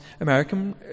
American